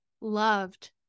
loved